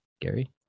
Gary